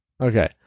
Okay